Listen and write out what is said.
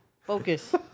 Focus